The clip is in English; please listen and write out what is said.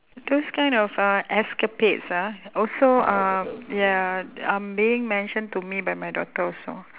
those kind of uh escapades ah also uh ya are being mentioned to me by my daughter also